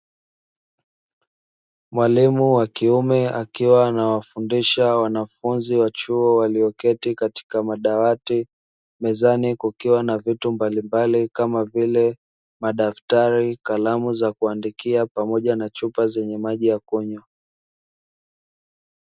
Mwalimu wa kiume akiwa anawafundish wanafunzi wa chuo wailoketi katika madawati, mezani kukiwa na vitu mbalimbali kama vile, madaftali, kalamu za kuandikia pamoja na chupa zenye maji ya kunywa.